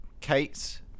Kate